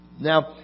Now